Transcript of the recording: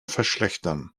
verschlechtern